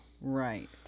right